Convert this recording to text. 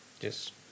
Yes